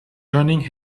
joining